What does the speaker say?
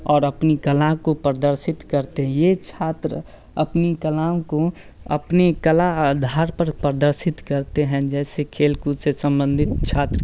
और अपनी कला को प्रदर्शित करते हैं छात्र अपनी कलाओं को अपनी कला आधार पर प्रदर्शित करते हैं जैसे खेलकूद से संबंधित छात्र